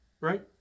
right